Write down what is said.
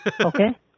Okay